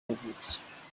yavutse